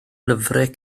lyfrau